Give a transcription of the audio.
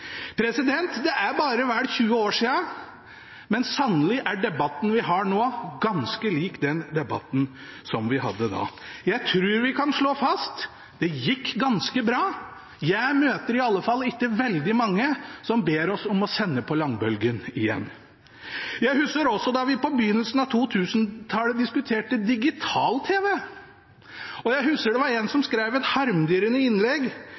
Det er bare vel 20 år siden, men sannelig er debatten vi har nå ganske lik den debatten som vi hadde da. Jeg tror vi kan slå fast: Det gikk ganske bra. Jeg møter iallfall ikke veldig mange som ber oss om å sende på langbølgen igjen. Jeg husker også da vi på begynnelsen av 2000-tallet diskuterte digital-TV. Jeg husker det var en som skrev et harmdirrende innlegg,